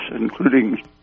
including